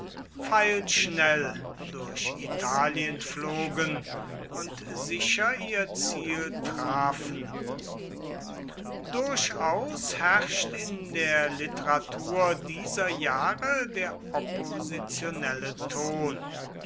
pfeilschnell durch italien flogen und sicher ihr ziel trafen durchaus herrscht in der literatur dieser jahre der oppositionelle ton